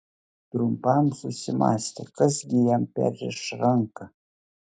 trumpam susimąstė kas gi jam perriš ranką